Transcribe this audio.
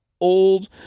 old